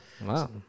Wow